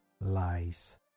lies